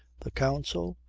the counsel,